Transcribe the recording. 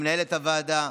למנהלת הוועדה,